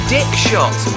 Dickshot